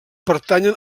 pertanyen